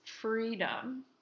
freedom